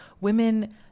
women